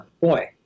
boy